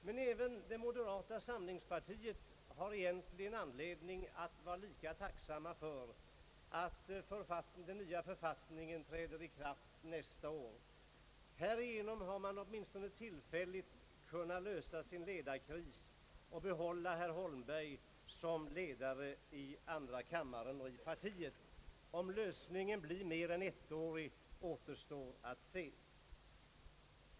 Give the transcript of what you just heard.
Men även moderata samlingspartiet har egentligen anledning att vara tacksamt för att den nya författningen träder i kraft nästa år. Härigenom har man åtminstone tillfälligt kunnat lösa sin ledarkris och behålla herr Holmberg som ledare i andra kammaren och i partiet. Om lösningen blir mer än ettårig återstår att se.